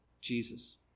Jesus